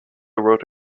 wrote